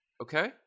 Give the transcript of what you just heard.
Okay